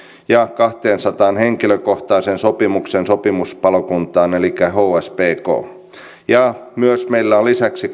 ja kahdensadan henkilökohtaisen sopimuksen sopimuspalokuntaan elikkä hspkhon meillä on lisäksi